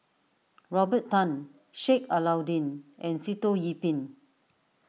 Robert Tan Sheik Alau'ddin and Sitoh Yih Pin